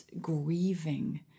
grieving